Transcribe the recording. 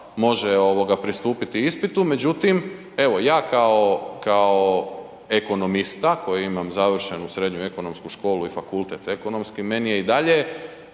može pristupiti ispitu. Međutim, evo ja kao ekonomista koji imam završenu srednju ekonomsku školu i fakultet ekonomski meni je i dalje